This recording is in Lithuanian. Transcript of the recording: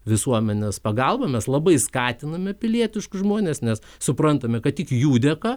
visuomenės pagalba mes labai skatiname pilietiškus žmones nes suprantame kad tik jų dėka